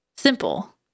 simple